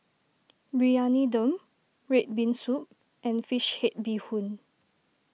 Briyani Dum Red Bean Soup and Fish Head Bee Hoon